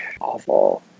awful